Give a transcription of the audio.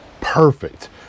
perfect